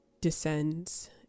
descends